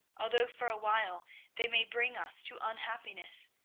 although for a while they may bring us to unhappiness,